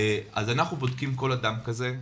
אנחנו בודקים כל אדם כזה,